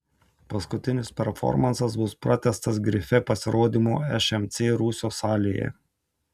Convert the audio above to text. paskutinis performansas bus pratęstas grife pasirodymu šmc rūsio salėje